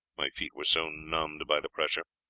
my feet were so numbed by the pressure.